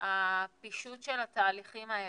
הפישוט של התהליכים האלה.